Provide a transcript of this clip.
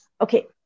okay